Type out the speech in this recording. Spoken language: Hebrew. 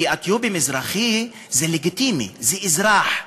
כי אתיופי, מזרחי, זה לגיטימי, זה אזרח.